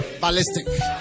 ballistic